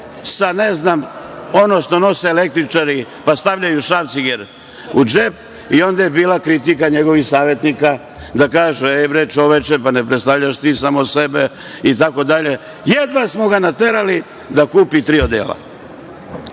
– jedne one što nose električari pa stavljaju šrafciger u džep i onda je bila kritika njegovih savetnika i kažu – ej, bre, čoveče, ne predstavljaš ti samog sebe i jedva smo ga naterali da kupi tri odela.